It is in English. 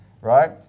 right